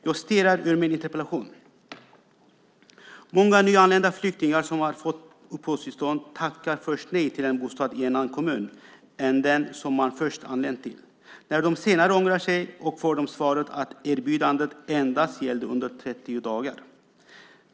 Jag citerar ur min interpellation: "Många nyanlända flyktingar som har fått uppehållstillstånd tackar först nej till en bostad i en annan kommun än den som man först anlänt till. När de senare ångrar sig får de svaret att erbjudandet endast gällde under 30 dagar.